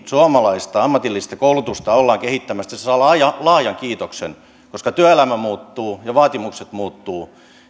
suomalaista ammatillista koulutusta ollaan kehittämässä saa laajan laajan kiitoksen koska kun työelämä muuttuu ja vaatimukset muuttuvat